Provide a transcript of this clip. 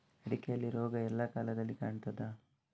ಅಡಿಕೆಯಲ್ಲಿ ರೋಗ ಎಲ್ಲಾ ಕಾಲದಲ್ಲಿ ಕಾಣ್ತದ?